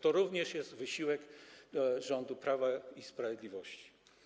To również jest wysiłek rządu Prawa i Sprawiedliwości.